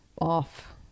off